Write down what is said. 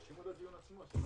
בבקשה.